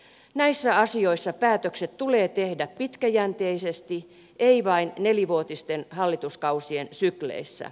näissä asioissa päätökset tulee tehdä pitkäjänteisesti ei vain nelivuotisten hallituskausien sykleissä